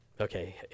Okay